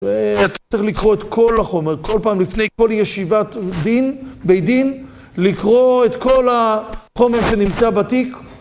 אתה צריך לקרוא את כל החומר, כל פעם, לפני כל ישיבת בית דין, לקרוא את כל החומר שנמצא בתיק